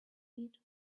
eat